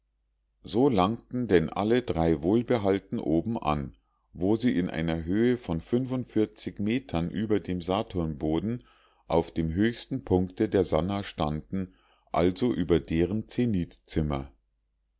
so langten denn alle drei wohlbehalten oben an wo sie in einer höhe von metern über dem saturnboden auf dem höchsten punkte der sannah standen also über deren